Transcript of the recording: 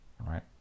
right